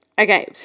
Okay